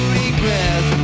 regret